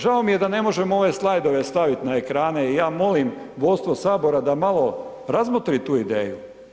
Žao mi je da ne možemo ove slajdove staviti na ekrane i ja molim vodstvo Sabora da malo razmotri tu ideju.